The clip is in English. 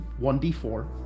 1d4